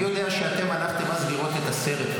אני יודע שאתם הלכתם אז לראות את הסרט,